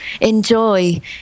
enjoy